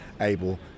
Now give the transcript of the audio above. able